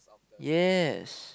yes